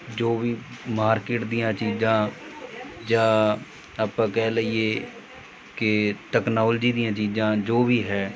ਜੋ ਵੀ ਮਾਰਕਿਟ ਦੀਆਂ ਚੀਜ਼ਾਂ ਜਾਂ ਆਪਾਂ ਕਹਿ ਲਈਏ ਕਿ ਟੈਕਨਾਲੋਜੀ ਦੀਆਂ ਚੀਜ਼ਾਂ ਜੋ ਵੀ ਹੈ